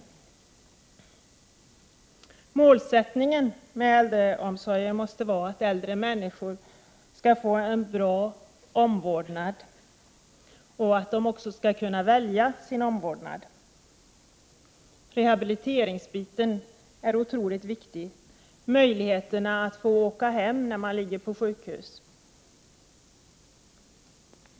Målsättningen med äldreomsorgen måste vara att äldre människor skall få en bra omvårdnad och att de skall kunna välja sin omvårdnad. Rehabiliteringsbiten är otroligt viktig, t.ex. möjligheterna att få åka hem när man ligger på sjukhus.